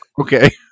Okay